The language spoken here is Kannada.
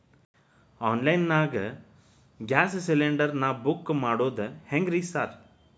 ಆನ್ಲೈನ್ ನಾಗ ಗ್ಯಾಸ್ ಸಿಲಿಂಡರ್ ನಾ ಬುಕ್ ಮಾಡೋದ್ ಹೆಂಗ್ರಿ ಸಾರ್?